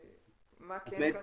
מה כן קרה?